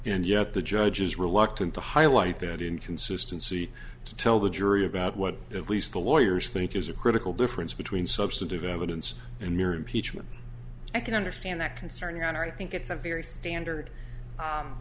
and yet the judge is reluctant to highlight that inconsistency to tell the jury about what the police the lawyers think is a critical difference between substantive evidence and mere impeachment i can understand that concerning our think it's a very standard